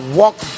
walk